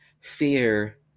fear